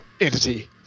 entity